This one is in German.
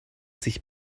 sich